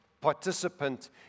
participant